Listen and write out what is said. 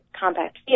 compact